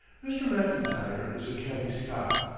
mr. mclntyre is a canny scot,